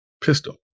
pistol